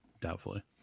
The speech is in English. Doubtfully